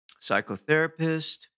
psychotherapist